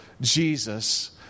Jesus